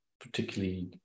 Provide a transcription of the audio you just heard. particularly